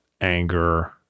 anger